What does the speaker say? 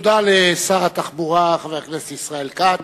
תודה לשר התחבורה, חבר הכנסת ישראל כץ.